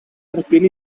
erbyn